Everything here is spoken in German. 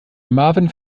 marvin